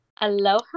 Aloha